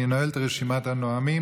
אני נועל את רשימת הנואמים,